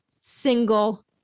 single